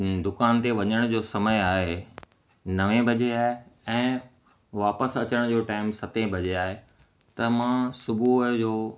दुकान ते वञण जो समय आहे नवें बजे आहे ऐं वापसि अचण जो टाइम सत बजे आहे त मां सुबुह जो